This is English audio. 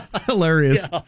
Hilarious